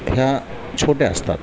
ह्या छोट्या असतात